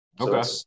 Okay